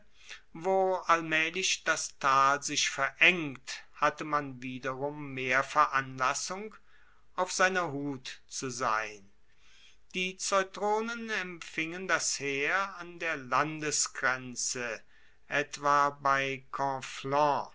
wo allmaehlich das tal sich verengt hatte man wiederum mehr veranlassung auf seiner hut zu sein die ceutronen empfingen das heer an der landesgrenze etwa bei